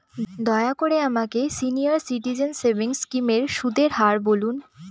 দয়া করে আমাকে সিনিয়র সিটিজেন সেভিংস স্কিমের সুদের হার বলুন